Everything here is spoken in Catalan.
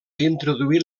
introduït